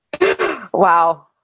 Wow